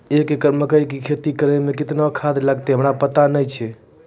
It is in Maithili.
एक एकरऽ मकई के खेती करै मे केतना खाद लागतै हमरा पता नैय छै?